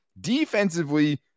defensively